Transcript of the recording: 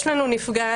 יש לנו נפגעת,